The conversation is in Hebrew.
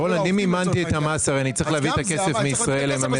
אם אני מממן את המס בכסף שבא